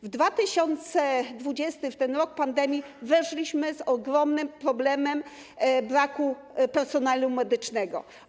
W 2020, w ten rok pandemii weszliśmy z ogromnym problemem braku personelu medycznego.